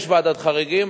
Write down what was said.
יש ועדת חריגים.